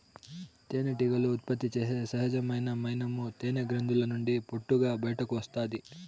తేనెటీగలు ఉత్పత్తి చేసే సహజమైన మైనము తేనె గ్రంధుల నుండి పొట్టుగా బయటకు వస్తాది